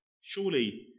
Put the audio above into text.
surely